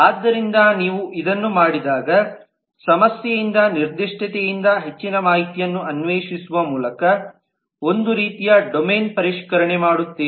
ಆದ್ದರಿಂದ ನೀವು ಇದನ್ನು ಮಾಡಿದಾಗ ಸಮಸ್ಯೆಯಿಂದ ನಿರ್ದಿಷ್ಟತೆಯಿಂದ ಹೆಚ್ಚಿನ ಮಾಹಿತಿಯನ್ನು ಅನ್ವೇಷಿಸುವ ಮೂಲಕ ಒಂದು ರೀತಿಯ ಡೊಮೇನ್ ಪರಿಷ್ಕರಣೆ ಮಾಡುತ್ತೇವೆ